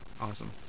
awesome